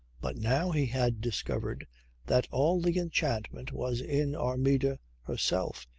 but now he had discovered that all the enchantment was in armida herself,